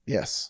Yes